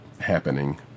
happening